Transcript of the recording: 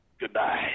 Goodbye